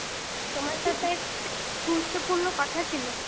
তোমার সাথে একটা গুরুত্বপূর্ণ কথা ছিল